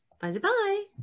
bye-bye